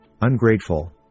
ungrateful